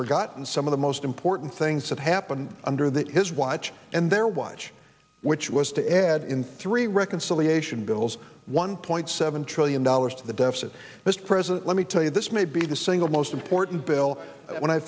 forgotten some of the most important things that happened under that his watch and their watch which was to add in three reconciliation bills one point seven trillion dollars to the deficit mr president let me tell you this maybe the single most important bill when i